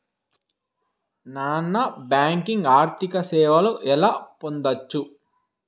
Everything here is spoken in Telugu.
నాన్ బ్యాంకింగ్ ఆర్థిక సేవలు ఎలా పొందొచ్చు?